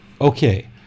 Okay